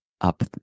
up